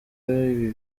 ibi